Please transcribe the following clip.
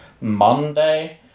Monday